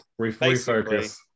Refocus